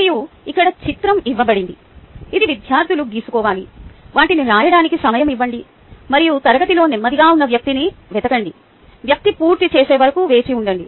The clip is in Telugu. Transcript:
మరియు ఇక్కడ చిత్రం ఇవ్వబడింది ఇది విద్యార్థులు గీసుకోవాలి వాటిని రాయడానికి సమయం ఇవ్వండి మరియు తరగతిలో నెమ్మదిగా ఉన్న వ్యక్తిని వెతకండి వ్యక్తి పూర్తి చేసేవరకు వరకు వేచి ఉండండి